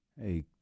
Hey